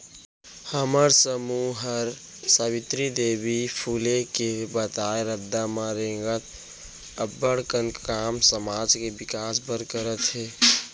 हमर समूह हर सावित्री देवी फूले के बताए रद्दा म रेंगत अब्बड़ कन काम समाज के बिकास बर करत हे